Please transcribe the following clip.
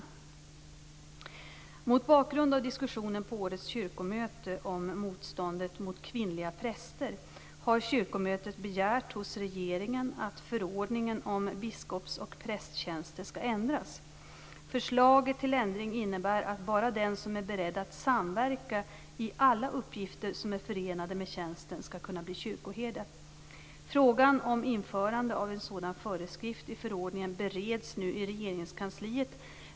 Mot bakgrund av diskussionen på årets kyrkomöte om motståndet mot kvinnliga präster har kyrkomötet begärt hos regeringen att förordningen om biskops och prästtjänster skall ändras. Förslaget till ändring innebär att bara den som är beredd att samverka i alla uppgifter som är förenade med tjänsten skall kunna bli kyrkoherde. Frågan om införande av en sådan föreskrift i förordningen bereds nu i Regeringskansliet.